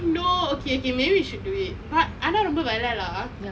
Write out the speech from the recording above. I know okay okay maybe we should do it but ஆனால் ரொம்ப விலை:aanal romba vilai lah